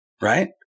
right